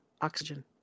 Oxygen